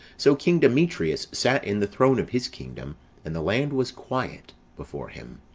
so king demetrius sat in the throne of his kingdom and the land was quiet before him.